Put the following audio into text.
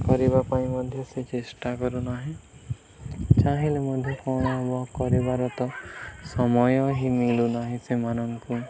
କରିବା ପାଇଁ ମଧ୍ୟ ସେ ଚେଷ୍ଟା କରୁନାହିଁ ଚାହିଁଲେ ମଧ୍ୟ କ'ଣ ହେବ କରିବାର ତ ସମୟ ହିଁ ମିଳୁନାହିଁ ସେମାନଙ୍କୁ